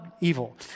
evil